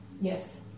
yes